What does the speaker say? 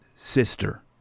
Sister